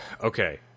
Okay